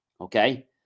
okay